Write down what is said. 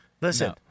Listen